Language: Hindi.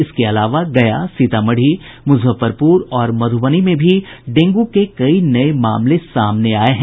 इसके अलावा गया सीतामढ़ी मुजफ्फरपुर और मधुबनी में भी डेंगू के कई नये मामले सामने आये हैं